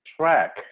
track